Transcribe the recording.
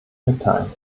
mitteilen